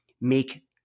make